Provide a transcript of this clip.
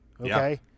Okay